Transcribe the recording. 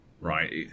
right